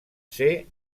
ser